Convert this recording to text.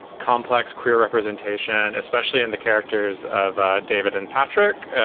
complex, queer representation, especially in the characters of david and patrick,